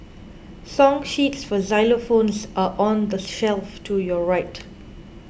song sheets for xylophones are on the shelf to your right